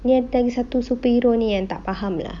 ni ada satu superhero yang tak faham lah